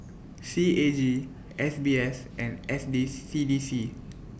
C A G F B S and F D C D C